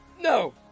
No